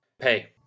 Pay